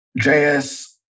JS